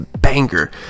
banger